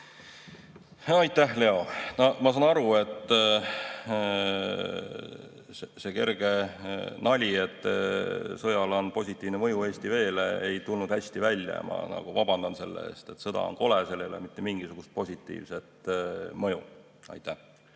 Aitäh, Leo! Ma saan aru, et see kerge nali, et sõjal on positiivne mõju Eesti veele, ei tulnud hästi välja. Ma vabandan selle eest. Sõda on kole, sellel ei ole mitte mingisugust positiivset mõju. Aitäh,